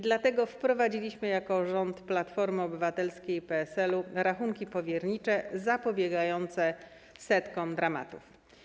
Dlatego wprowadziliśmy jako rząd Platformy Obywatelskiej i PSL-u rachunki powiernicze zapobiegające setkom dramatów.